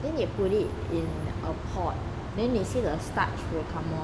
then they put it in a pot then they say the starch will come off